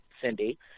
Cindy